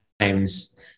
times